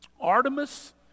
Artemis